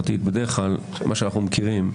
בדרך כלל, לפי מה שאנחנו מכירים,